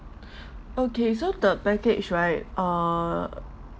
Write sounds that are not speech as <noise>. <breath> okay so the package right err